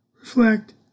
reflect